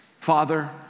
Father